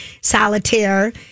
Solitaire